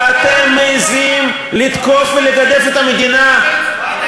ואתם מעזים לתקוף ולגדף את המדינה,